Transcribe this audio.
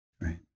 Right